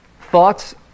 Thoughts